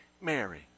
Mary